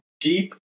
deep